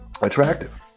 attractive